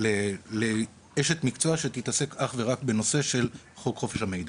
זה לאשת מקצוע שתתעסק אך ורק בנושא של חוק חופש המידע.